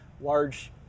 large